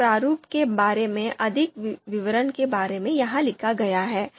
इस प्रारूप के बारे में अधिक विवरण यहां लिखा गया है